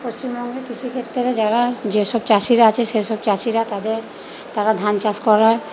পশ্চিমবঙ্গের কৃষিক্ষেত্রে যারা যে সব চাষিরা আছে সে সব চাষিরা তাদের তারা ধান চাষ করে